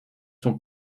sont